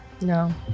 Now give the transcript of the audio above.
No